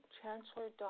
Chancellor